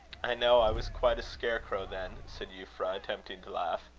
i know i was quite a scare-crow then, said euphra, attempting to laugh.